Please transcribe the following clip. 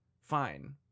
fine